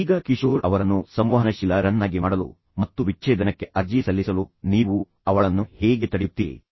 ಈಗ ಕಿಶೋರ್ ಅವರನ್ನು ಸಂವಹನಶೀಲ ಮತ್ತು ಕಾಳಜಿಯುಳ್ಳವರನ್ನಾಗಿ ಮಾಡಲು ಮತ್ತು ವಿಚ್ಛೇದನಕ್ಕೆ ಅರ್ಜಿ ಸಲ್ಲಿಸಲು ನೀವು ಅವಳನ್ನು ಹೇಗೆ ತಡೆಯುತ್ತೀರಿ